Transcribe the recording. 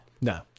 No